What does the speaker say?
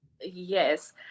Yes